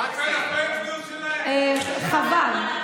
חבל.